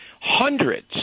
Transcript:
Hundreds